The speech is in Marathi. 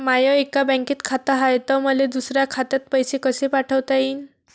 माय एका बँकेत खात हाय, त मले दुसऱ्या खात्यात पैसे कसे पाठवता येईन?